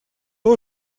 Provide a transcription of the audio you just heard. был